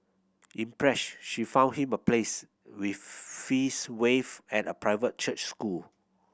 impressed she found him a place with fees waived at a private church school